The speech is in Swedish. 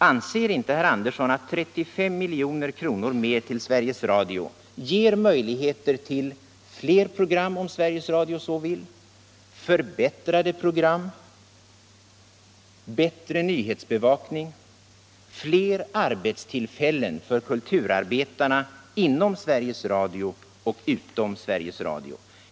Anser inte herr Andersson att 35 miljoner mer till Sveriges Radio ger möjligheter till fler program om Sveriges Radio så vill, förbättrade program, bättre nyhetsbevakning och fler arbetstillfällen för kulturarbetarna inom och utom Sveriges Radio?